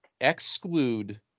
exclude